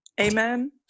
amen